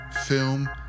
film